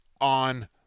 on